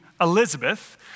Elizabeth